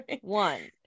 one